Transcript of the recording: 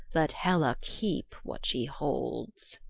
let hela keep what she holds.